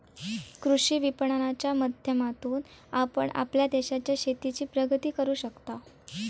कृषी विपणनाच्या माध्यमातून आपण आपल्या देशाच्या शेतीची प्रगती करू शकताव